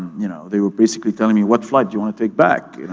you know they were basically telling me, what flight do you wanna take back?